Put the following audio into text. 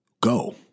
go